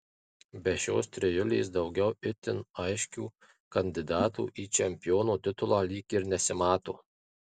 be šios trijulės daugiau itin aiškių kandidatų į čempiono titulą lyg ir nesimato